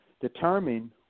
determine